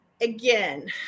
Again